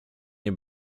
nie